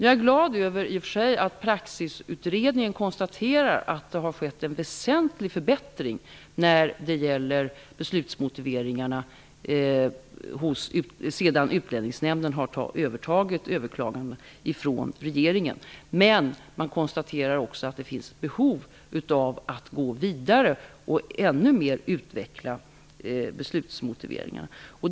Jag är i och för sig glad över att Praxisutredningen konstaterar att det har skett en väsentlig förbättring när det gäller beslutsmotiveringarna sedan Utlänningsnämnden övertog överklagandena från regeringen. Men man konstaterar också att det finns behov av att gå vidare och utveckla beslutsmotiveringarna ännu mer.